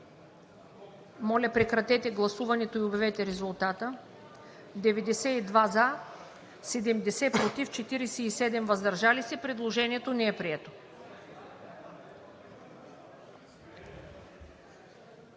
Моля, прекратете гласуването и обявете резултата: 92 – за, 70 – против, 47 – въздържали се. Предложението не е прието.